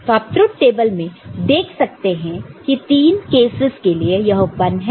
तो आप truth table में देख सकते हैं की तीन केसस के लिए यह 1 है